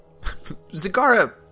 Zagara